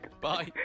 Bye